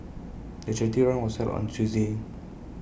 the charity run was held on A Tuesday